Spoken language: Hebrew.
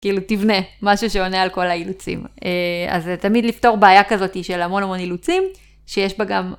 כאילו תבנה משהו שעונה על כל האילוצים. אז תמיד לפתור בעיה כזאתי של המון המון אילוצים שיש בה גם